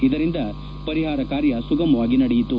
ಇದರಿಂದ ಪರಿಹಾರ ಕಾರ್ಯ ಸುಗಮವಾಗಿ ನಡೆಯಿತು